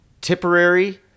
Tipperary